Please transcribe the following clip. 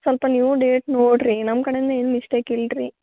ಸ್ವಲ್ಪ ನೀವು ಡೇಟ್ ನೋಡಿರಿ ನಮ್ಮ ಕಡೆಯಿಂದ ಏನೂ ಮಿಸ್ಟೇಕ್ ಇಲ್ಲರಿ